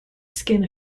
skin